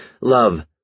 Love